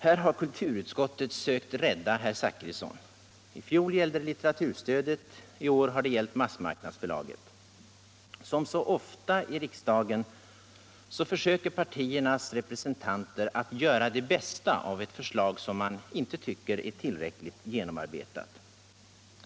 Här har kulturutskottet försökt rädda herr Zachrisson. I fjol gällde det litteraturstödet, i år gäller det massmarknadsförlaget. Som så ofta i riksdagen försöker partiernas representanter göra det bästa av ett förslag som man inte tycker är tillräckligt genomarbetat.